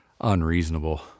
unreasonable